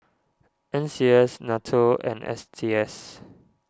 N C S Nato and S T S